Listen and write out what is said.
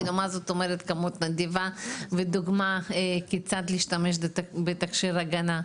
מה זאת אומרת כמות נדיבה ודוגמה כיצד להשתמש בתכשיר ההגנה,